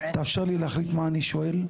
תאפשר לי להחליט מה אני שואל.